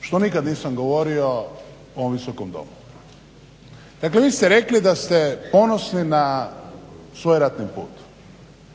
što nikad nisam govorio u ovom Visokom domu. Dakle, vi ste rekli da ste ponosni na svojem ratnom putu.